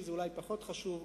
שזה אולי פחות חשוב,